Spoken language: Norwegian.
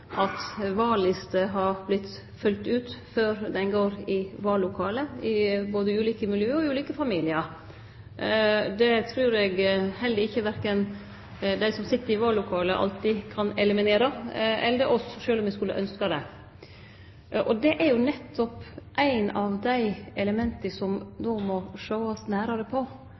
i ulike familiar. Det trur eg heller ikkje at verken dei som sit i vallokala, eller me alltid kan eliminere, sjølv om me skulle ønskje det. Det er nettopp eit av dei elementa som no må sjåast nærare på. Me gjennomfører eit avgrensa forsøk i ti kommunar. Det er eit stort engasjement i dei ti kommunane som skal vere med på